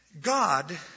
God